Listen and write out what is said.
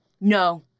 No